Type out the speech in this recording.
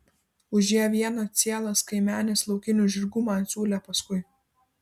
už ją vieną cielas kaimenes laukinių žirgų man siūlė paskui